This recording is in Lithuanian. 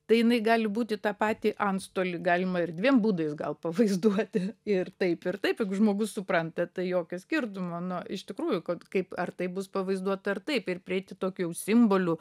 tai jinai gali būti ta patį antstolį galima ir dviem būdais gal pavaizduoti ir taip ir taip jeigu žmogus supranta tai jokio skirtumo nu iš tikrųjų kad kaip ar tai bus pavaizduota ar taip ir prieiti tokių jau simbolių